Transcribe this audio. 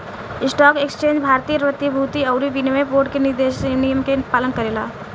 stock exchange भारतीय प्रतिभूति अउरी विनिमय बोर्ड के निर्देशित नियम के पालन करेला